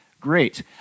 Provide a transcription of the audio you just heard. Great